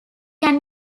can